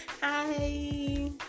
Hi